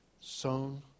sown